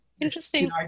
Interesting